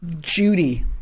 Judy